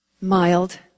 mild